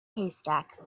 haystack